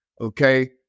Okay